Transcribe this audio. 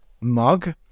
mug